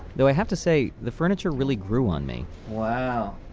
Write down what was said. though i have to say, the furniture really grew on me wow.